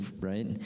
right